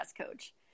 coach